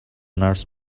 nurse